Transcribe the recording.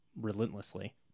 relentlessly